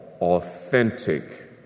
authentic